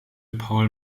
paul